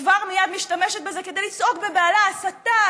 וכבר מייד משתמשת בזה כדי לצעוק בבהלה: הסתה,